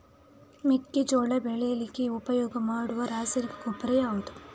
ಮೆಕ್ಕೆಜೋಳ ಬೆಳೀಲಿಕ್ಕೆ ಉಪಯೋಗ ಮಾಡುವ ರಾಸಾಯನಿಕ ಗೊಬ್ಬರ ಯಾವುದು?